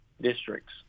districts